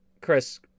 chris